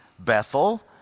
Bethel